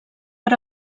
per